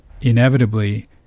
inevitably